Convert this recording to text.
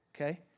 okay